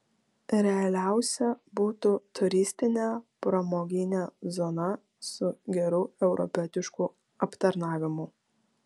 realiausia būtų turistinė pramoginė zona su geru europietišku aptarnavimu